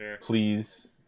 please